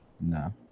no